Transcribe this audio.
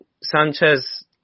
Sanchez